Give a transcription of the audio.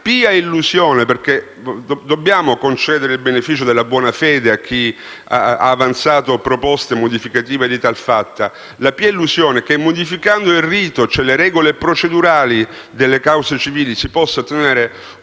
pia illusione - perché dobbiamo concedere il beneficio della buona fede a chi ha avanzato proposte modificative di tal fatta - quella secondo la quale, modificando il rito, cioè le regole procedurali delle cause civili, si possa ottenere